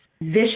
vicious